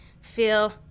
feel